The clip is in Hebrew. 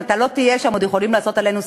אם אתה לא תהיה שם עוד יכולים לעשות עלינו סיבוב.